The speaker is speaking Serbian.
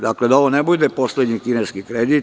Dakle da ovo ne bude poslednji kineski kredit.